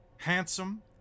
handsome